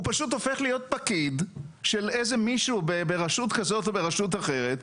הוא פשוט הופך להיות פקיד של איזה מישהו ברשות כזאת או ברשות אחרת,